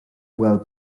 well